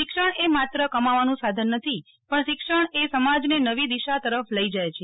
શિક્ષણ એ માત્ર કમાવવાનું સાધન નથી પણ શિક્ષણ એ સમાજ ને નવી દિશા તરફ લઇ જાય છે